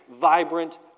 vibrant